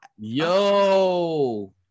Yo